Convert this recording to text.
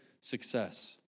success